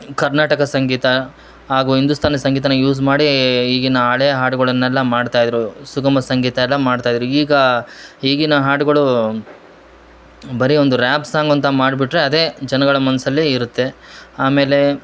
ಕರ್ನಾಟಕ ಸಂಗೀತ ಹಾಗೂ ಹಿಂದುಸ್ಥಾನಿ ಸಂಗೀತನ ಯೂಸ್ ಮಾಡಿ ಈಗಿ ಹಳೇ ಹಾಡುಗೊಳನ್ನೆಲ್ಲ ಮಾಡ್ತಾ ಇದ್ದರು ಸುಗಮ ಸಂಗೀತ ಎಲ್ಲ ಮಾಡ್ತಾ ಇದ್ದರು ಈಗ ಈಗಿನ ಹಾಡುಗಳು ಬರೀ ಒಂದು ರ್ಯಾಪ್ ಸಾಂಗ್ ಅಂತ ಮಾಡ್ಬಿಟ್ಟರೆ ಅದೇ ಜನಗಳ ಮನಸ್ಸಲ್ಲಿ ಇರುತ್ತೆ ಆಮೇಲೆ